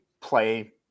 play